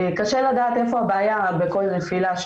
קשה לדעת איפה הבעיה בכל נפילה.